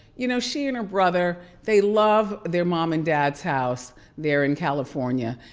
you know, she and her brother, they love their mom and dad's house there in california.